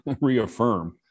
reaffirm